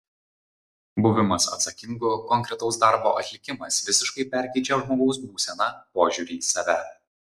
buvimas atsakingu konkretaus darbo atlikimas visiškai perkeičią žmogaus būseną požiūrį į save